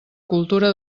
cultura